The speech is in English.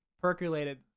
percolated